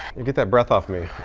and get that breath off me.